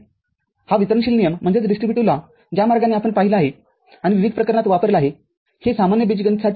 हा वितरणशील नियमज्या मार्गाने आपण पाहिला आहे आणि विविध प्रकरणात वापरला आहे हे सामान्य बीजगणितसाठी वैध नाही